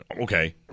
Okay